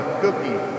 cookie